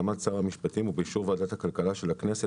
בהסכמת שר המשפטים ובאישור ועדת הכלכלה של הכנסת